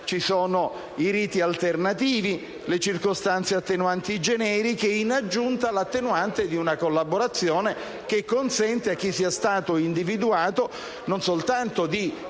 Ci sono i riti alternativi, le circostanze attenuanti generiche e, in aggiunta, l'attenuante di una collaborazione che consente a chi sia stato individuato non soltanto di